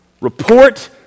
Report